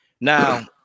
Now